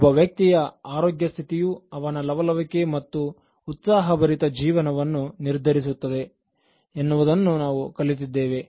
ಒಬ್ಬ ವ್ಯಕ್ತಿಯ ಆರೋಗ್ಯ ಸ್ಥಿತಿಯು ಅವನ ಲವಲವಿಕೆ ಮತ್ತು ಉತ್ಸಾಹಭರಿತ ಜೀವನವನ್ನು ನಿರ್ಧರಿಸುತ್ತದೆ ಎನ್ನುವುದನ್ನು ಕಲಿತಿದ್ದೇವೆ